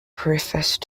preface